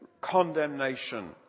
condemnation